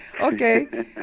Okay